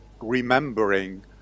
remembering